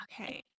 Okay